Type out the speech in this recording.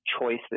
choices